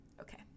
Okay